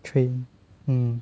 train hmm